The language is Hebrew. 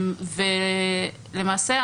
למעשה,